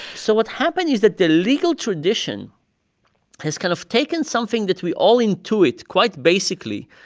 so what happened is that the legal tradition has kind of taken something that we all intuit quite basically,